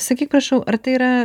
sakyk prašau ar tai yra